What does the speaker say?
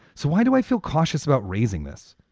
so why do i feel cautious about raising this?